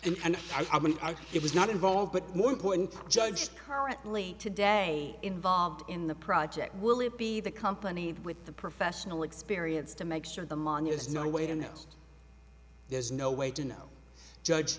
mean it was not involved but more important judge currently today involved in the project will it be the company with the professional experience to make sure the money is no way to know there's no way to know judge